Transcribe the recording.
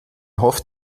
hofft